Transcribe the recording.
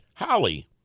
holly